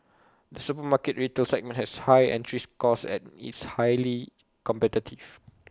the supermarket retail segment has high entries costs and is highly competitive